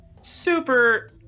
super